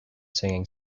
singing